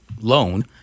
loan